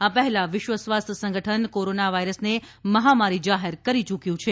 આ પહેલા વિશ્વ સ્વાસ્થ્ય સંગઠન કોરોના વાયરસને મહામારી જાહેર કરી ચૂક્યું છે